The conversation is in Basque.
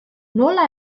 nola